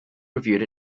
reviewed